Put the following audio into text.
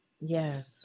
Yes